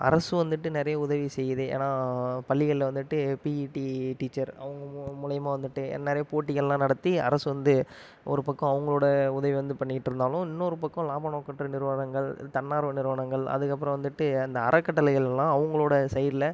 அரசு வந்துட்டு நிறைய உதவி செய்யுது ஏன்னா பள்ளிகள்ல வந்துட்டு பிஇடி டீச்சர் அவங்க மு மூலயமா வந்துட்டு நிறைய போட்டிகள்லாம் நடத்தி அரசு வந்து ஒரு பக்கம் அவங்களோட உதவி வந்து பண்ணிகிட்டுருந்தாலும் இன்னொரு பக்கம் லாப நோக்கற்ற நிறுவங்கள் தன்னார்வ நிறுவனங்கள் அதுக்கப்புறம் வந்துட்டு அந்த அறகட்டளைகள்லாம் அவங்களோட சைடில்